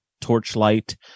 torchlight